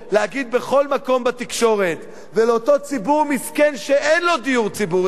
להגיד בכל מקום בתקשורת ולאותו ציבור מסכן שאין לו דיור ציבורי,